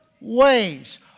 ways